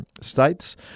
states